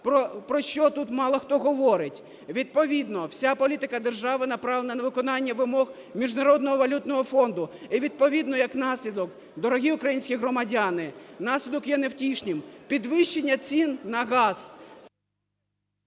про що тут мало хто говорить. Відповідно вся політика держави направлена на виконання вимог Міжнародного валютного фонду. І відповідно як наслідок, дорогі українські громадяни, наслідок є невтішним, підвищення цін на газ…